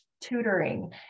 tutoring